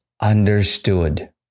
understood